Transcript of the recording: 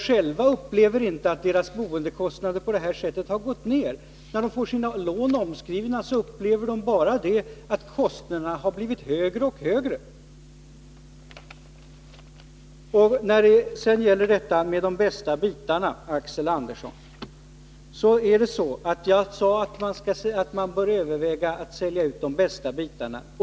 Själva upplever de inte att deras boendekostnader på det här sättet har minskat. När de får sina lån omplacerade upplever de i stället att kostnaderna blir högre och högre. Sedan beträffande talet om de bästa bitarna, Axel Andersson, så-sade jag att man bör överväga att sälja ut dem.